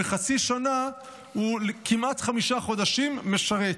בחצי שנה הוא כמעט חמישה חודשים משרת.